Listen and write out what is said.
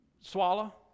swallow